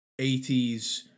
80s